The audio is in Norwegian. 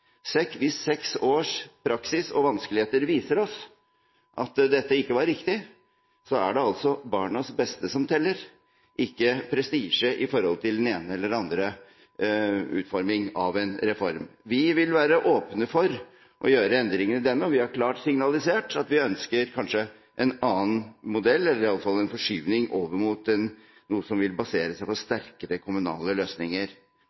hvis seks års praksis og vanskeligheter viser oss at dette ikke var riktig, er det altså barnas beste som teller, ikke prestisje i forhold til den ene eller andre utforming av en reform. Vi vil være åpne for å gjøre endringer i denne, og vi har klart signalisert at vi kanskje ønsker en annen modell – eller iallfall en forskyvning over mot noe som vil basere seg på sterkere kommunale løsninger.